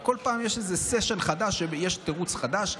וכל פעם יש איזה סשן חדש ויש תירוץ חדש,